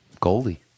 Goldie